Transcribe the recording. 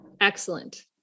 Excellent